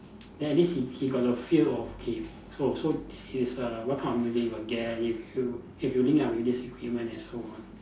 then at least he he got a feel of okay so so this is err what kind of music he will get if you if you link ah with this equipment and so on